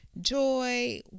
joy